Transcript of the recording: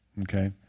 Okay